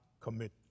commit